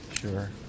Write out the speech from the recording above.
Sure